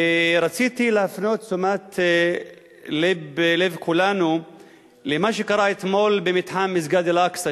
ורציתי להפנות את תשומת לב כולנו למה שקרה אתמול במתחם מסגד אל-אקצא,